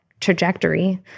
trajectory